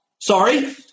Sorry